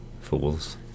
Fools